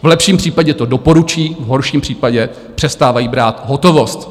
V lepším případě to doporučí, v horším případě přestávají brát hotovost (?).